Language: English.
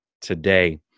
today